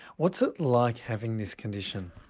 what's it like having this condition?